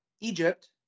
Egypt